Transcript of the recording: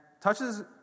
touches